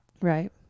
Right